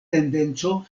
tendenco